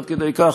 עד כדי כך